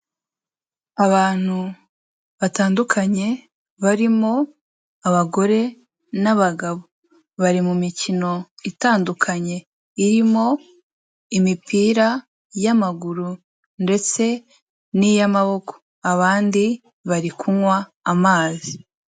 Abantu batandukanye barimo abagore n'abagabo, bari mu mikino itandukanye, irimo imipira y'amaguru ndetse n'iy'amaboko, abandi bari kunywa amazi.